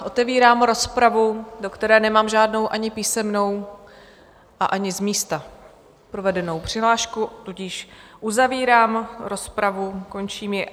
Otevírám rozpravu, do které nemám žádnou ani písemnou ani z místa provedenou přihlášku, tudíž uzavírám rozpravu, končím ji.